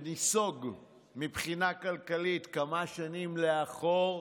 שניסוג מבחינה כלכלית כמה שנים לאחור.